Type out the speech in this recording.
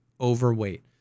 overweight